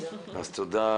תודה